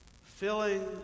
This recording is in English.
filling